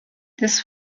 this